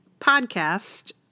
podcast